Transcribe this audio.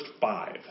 five